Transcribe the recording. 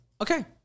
okay